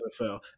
NFL